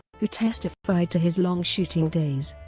who testified to his long shooting days.